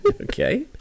Okay